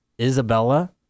Isabella